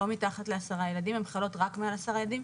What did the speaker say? לא מתחת ל-10 ילדים, הן חלות רק מעל 10 ילדים.